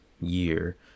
year